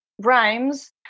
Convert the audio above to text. rhymes